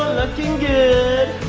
looking good!